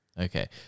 Okay